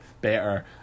better